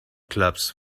clubs